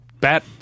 Bat